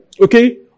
okay